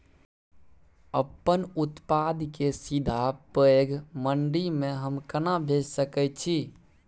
अपन उत्पाद के सीधा पैघ मंडी में हम केना भेज सकै छी?